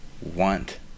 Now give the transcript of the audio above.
want